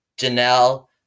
Janelle